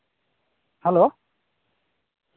hello